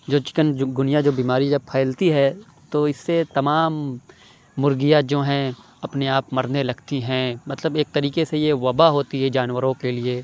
جو chikungunya جو بیماری جب پھیلتی ہے تو اِس سے تمام مرغیاں جو ہیں اپنے آپ مرنے لگتی ہیں مطلب ایک طریقے سے یہ وباء ہوتی ہے جانوروں کے لیے